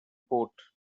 port